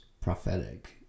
prophetic